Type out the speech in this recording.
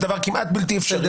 זה דבר כמעט בלתי אפשרי.